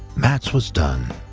mats was done,